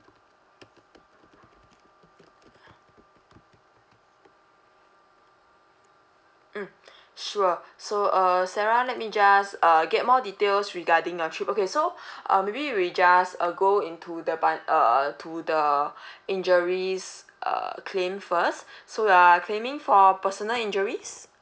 hmm sure so uh sarah let me just err get more details regarding the trip okay so uh maybe we just uh go into the but uh to the injuries uh claim first so ah claiming for personal injuries